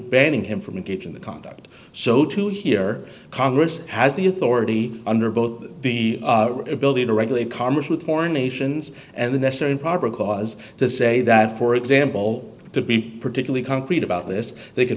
banning him from the kitchen the conduct so to hear congress has the authority under both the ability to regulate commerce with foreign nations and the necessary and proper cause to say that for example to be particularly concrete about this they c